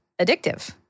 addictive